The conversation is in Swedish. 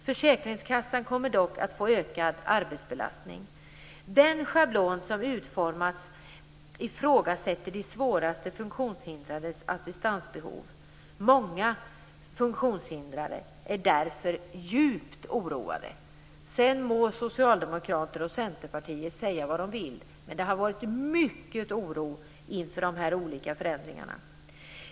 Försäkringskassan kommer dock att få ökad arbetsbelastning. Med den schablon som utformats ifrågasätter man de svårast funktionshindrades assistansbehov. Många funktionshindrade är därför djupt oroade. Socialdemokrater och centerpartister må sedan säga vad de vill. Men det har varit en mycket stor oro inför de olika förändringarna.